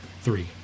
Three